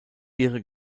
ihre